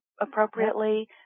appropriately